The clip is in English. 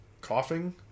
coughing